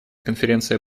конференция